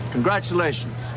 Congratulations